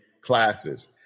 classes